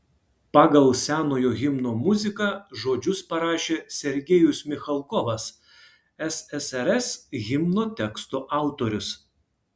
pagal senojo himno muziką žodžius parašė sergejus michalkovas ssrs himno teksto autorius